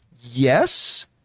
Yes